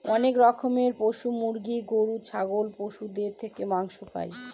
অনেক রকমের পশু মুরগি, গরু, ছাগল পশুদের থেকে মাংস পাই